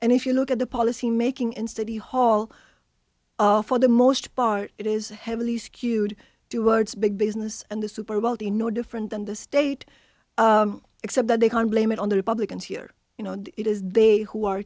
and if you look at the policymaking in study hall for the most part it is heavily skewed towards big business and the superwealthy no different than the state except that they can blame it on the republicans here you know it is they who are